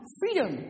freedom